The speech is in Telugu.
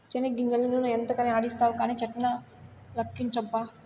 చెనిగ్గింజలన్నీ నూనె ఎంతకని ఆడిస్తావు కానీ చట్ట్నిలకుంచబ్బా